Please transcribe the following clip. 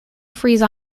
freeze